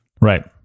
Right